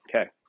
Okay